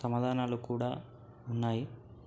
సమాధానాలు కూడా ఉన్నాయి